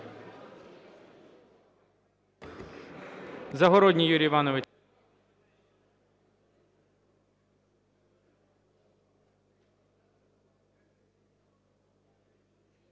Загородній Юрій Іванович.